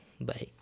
Bye